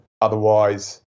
Otherwise